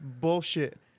Bullshit